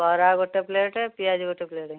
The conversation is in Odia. ବରା ଗୋଟେ ପ୍ଲେଟ୍ ପିଆଜି ଗୋଟେ ପ୍ଲେଟ୍